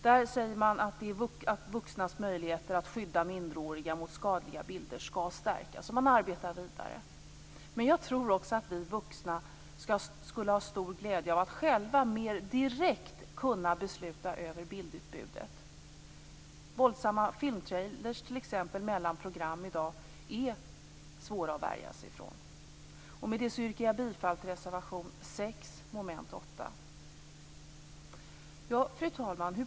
Där säger man att vuxnas möjligheter att skydda minderåriga mot skadliga bilder skall stärkas. Man arbetar vidare. Men jag tror också att vi vuxna skulle ha stor glädje av att själva mer direkt kunna besluta över bildutbudet. Våldsamma filmtrailers mellan program t.ex. är i dag svåra att värja sig mot. Med det yrkar jag bifall till reservation 6 under mom. 8. Fru talman!